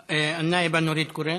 א-נאאבה נורית קורן.